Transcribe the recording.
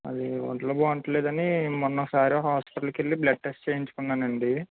అదీ ఒంట్లో బాగుండడంలేదని మొన్న ఒకసారి హాస్పిటల్కి వెళ్ళి బ్లడ్ టెస్ట్ చేయించుకున్నానండి